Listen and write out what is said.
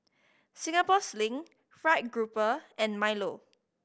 Singapore Sling fried grouper and milo